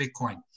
Bitcoin